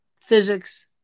physics